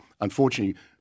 unfortunately